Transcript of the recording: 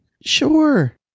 Sure